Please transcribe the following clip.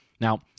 Now